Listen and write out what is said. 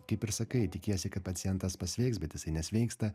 kaip ir sakai tikiesi kad pacientas pasveiks bet jisai nesveiksta